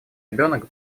ребенок